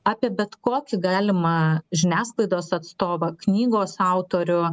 apie bet kokį galimą žiniasklaidos atstovą knygos autorių